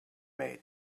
made